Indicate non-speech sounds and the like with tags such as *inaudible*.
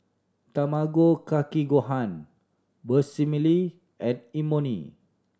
Tamago Kake Gohan *unintelligible* and Imoni